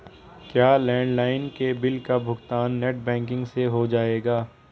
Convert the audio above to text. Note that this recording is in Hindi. क्या लैंडलाइन के बिल का भुगतान नेट बैंकिंग से हो जाएगा?